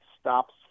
stops